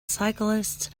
cyclists